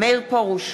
מאיר פרוש,